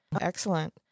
Excellent